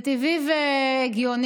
זה טבעי והגיוני.